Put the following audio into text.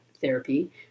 therapy